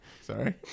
Sorry